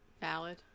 Valid